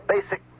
basic